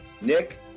Nick